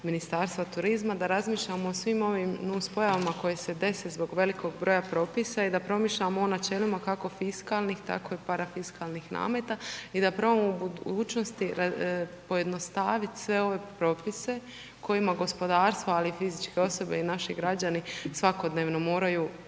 Ministarstva turizma da razmišljam o svim ovim nus pojavama koje se dese zbog velikog broja propisa i da promišljamo o načelima kako fiskalnih, tako i parafiskalnih nameta i da probamo u budućnosti pojednostavit sve ove propise kojima gospodarstvo, ali i fizičke osobe i naši građani svakodnevno moraju,